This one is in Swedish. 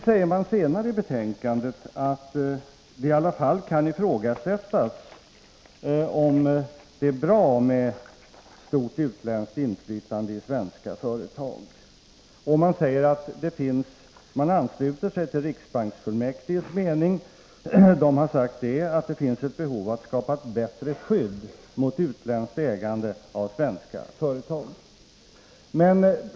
Längre fram i betänkandet säger emellertid utskottet att det kan ifrågasättas om det är bra med ett stort utländskt inflytande i svenska företag. Man ansluter sig till riksbanksfullmäktiges mening. Riksbanksfullmäktige framhåller att det finns ett behov av att skapa ett bättre skydd mot utländskt ägande av svenska företag.